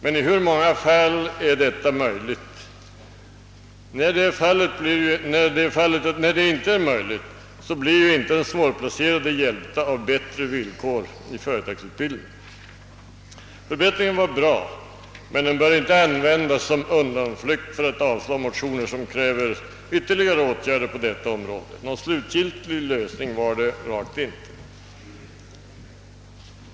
Men i hur många fall är detta möjligt? När det inte är möjligt blir inte de svårplacerade hjälpta av bättre villkor vid företagsutbildning. Förbättringen är bra, men den bör inte användas som undanflykt i syfte att avslå motioner som kräver ytterligare åtgärder på detta område. Någon slutgiltig lösning är den rakt inte.